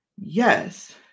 Yes